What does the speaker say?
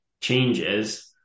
changes